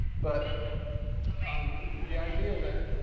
but um the idea that